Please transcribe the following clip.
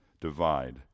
divide